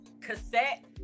cassette